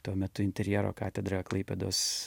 tuo metu interjero katedroje klaipėdos